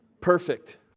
Perfect